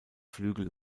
flügel